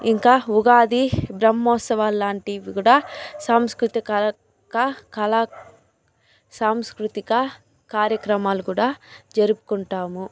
ఇంకా ఉగాది బ్రహ్మోత్సవాలు లాంటివి కూడా సాంస్కృతిక కాలతిక కళా సాంస్కృతిక కార్యక్రమాలు కూడా జరుపుకుంటాము